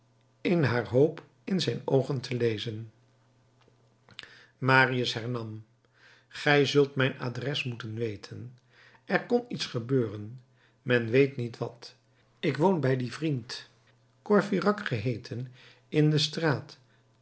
in haar hoop in zijn oogen te lezen marius hernam gij zult mijn adres moeten weten er kon iets gebeuren men weet niet wat ik woon bij dien vriend courfeyrac geheeten in de straat